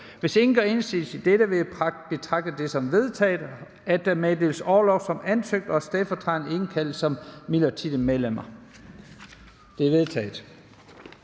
Hvis ingen gør indsigelse, vil jeg betragte det som vedtaget, at der meddeles orlov som ansøgt, og at stedfortræderne indkaldes som midlertidige medlemmer. Det er vedtaget.